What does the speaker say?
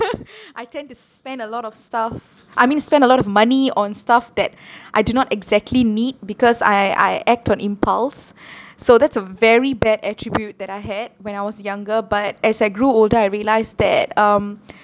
I tend to spend a lot of stuff I mean spend a lot of money on stuff that I do not exactly need because I I act on impulse so that's a very bad attribute that I had when I was younger but as I grew older I realised that um